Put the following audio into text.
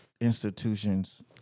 institutions